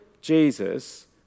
Jesus